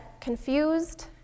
confused